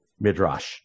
midrash